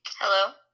Hello